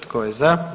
Tko je za?